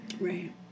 Right